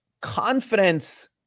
Confidence